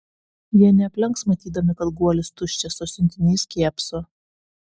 jie neaplenks matydami kad guolis tuščias o siuntinys kėpso